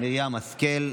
מרים השכל.